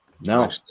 No